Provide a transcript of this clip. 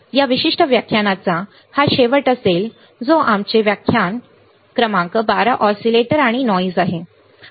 तर या विशिष्ट व्याख्यानाचा हा शेवट असेल जो आमचे व्याख्यान क्रमांक 12 ऑसीलेटर आणि आवाज आहे